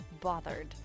bothered